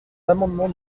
l’amendement